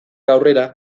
aurrera